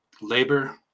labor